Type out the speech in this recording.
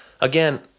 again